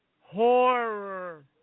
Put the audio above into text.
horror